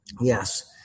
Yes